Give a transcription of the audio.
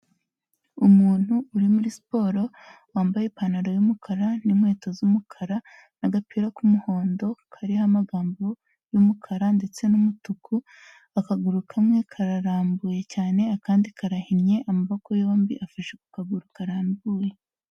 Umuntu uri muri siporo, wambaye ipantaro y'umukara n'inkweto z'umukara n'agapira k'umuhondo kariho amagambo y'umukara ndetse n'umutuku, akaguru kamwe kararambuye cyane akandi karahinnye, amaboko yombi afashe ku kaguru karambuye.